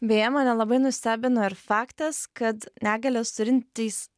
beje mane labai nustebino ir faktas kad negalias turintys